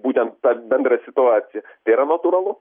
būtent tą bendrą situaciją tai yra natūralu